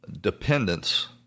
dependence